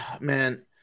man